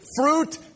Fruit